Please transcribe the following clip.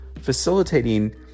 facilitating